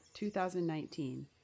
2019